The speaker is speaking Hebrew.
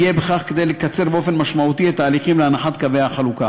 יהיה בכך כדי לקצר באופן משמעותי את ההליכים להנחת קווי החלוקה.